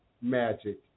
magic